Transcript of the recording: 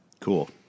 Cool